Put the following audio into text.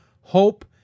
Hope